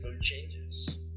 changes